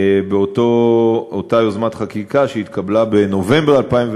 באותה יוזמת חקיקה שהתקבלה בנובמבר 2010